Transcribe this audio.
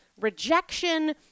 rejection